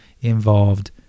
involved